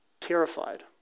Terrified